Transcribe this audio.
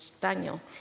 Daniel